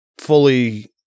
fully